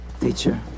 teacher